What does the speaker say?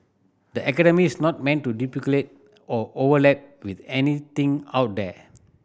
the academy is not meant to duplicate or overlap with anything out there